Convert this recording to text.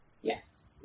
Yes